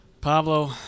Pablo